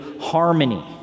harmony